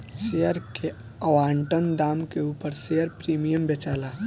share के आवंटन दाम के उपर शेयर प्रीमियम बेचाला